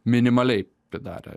minimaliai pridarę